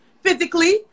physically